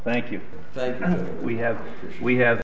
thank you thank you we have we have